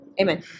Amen